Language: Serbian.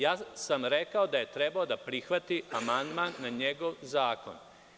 Ja sam rekao da je trebalo da prihvati amandman na njegov zakon.